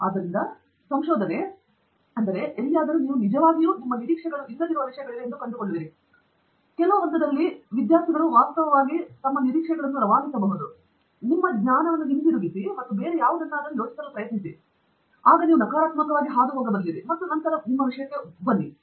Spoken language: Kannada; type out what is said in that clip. ಆದ್ದರಿಂದ ಸಂಶೋಧನೆ ಎಲ್ಲಿಯಾದರೂ ನೀವು ನಿಜವಾಗಿಯೂ ನಿಮ್ಮ ನಿರೀಕ್ಷೆಗಳಿಲ್ಲದಿರುವ ವಿಷಯಗಳಿವೆ ಎಂದು ಕಂಡುಕೊಳ್ಳುವಿರಿ ಮತ್ತು ಅಲ್ಲಿ ನಾನು ಕಂಡುಕೊಂಡದ್ದು ಕೆಲವು ಹಂತದಲ್ಲಿ ವಿದ್ಯಾರ್ಥಿಗಳು ವಾಸ್ತವವಾಗಿ ಅದನ್ನು ರವಾನಿಸಬಹುದು ವಾಡಿಕೆಯಂತೆ ಹಿಂತಿರುಗಲು ನಿಮ್ಮ ಜ್ಞಾನವನ್ನು ಹಿಂತಿರುಗಿ ಮತ್ತು ಬೇರೆ ಯಾವುದನ್ನಾದರೂ ಯೋಚಿಸಲು ಪ್ರಯತ್ನಿಸಿ ನಂತರ ಆ ನಕಾರಾತ್ಮಕವಾಗಿ ಹಾದುಹೋಗಿರಿ ಮತ್ತು ನಂತರ ಮತ್ತೆ ಬನ್ನಿ ಆದ್ದರಿಂದ ದೊಡ್ಡ ಸ್ಪಿರಿಟ್ ಅದು ತುಂಬಾ ಸವಾಲಿನ ಸ್ಥಳವಾಗಿದೆ